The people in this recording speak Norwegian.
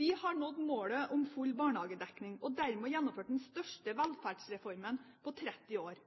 Vi har nådd målet om full barnehagedekning og dermed gjennomført den største velferdsreformen på 30 år.